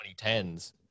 2010s